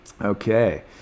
okay